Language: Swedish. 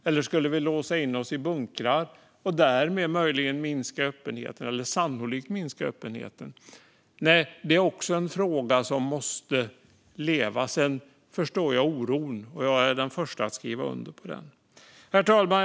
Eller skulle vi låsa in oss i bunkrar och därmed sannolikt minska öppenheten? Det är också en fråga som måste leva. Sedan förstår jag oron, och jag är den förste att skriva under på den. Herr talman!